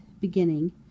beginning